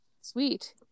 sweet